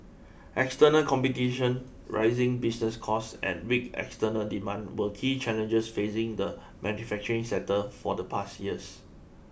external competition rising business costs and weak external demand were key challenges facing the manufacturing sector for the past years